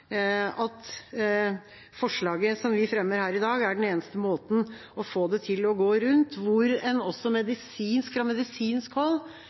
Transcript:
at forslaget som vi fremmer her i dag, er den eneste måten å få det til å gå rundt på. En sier også fra medisinsk hold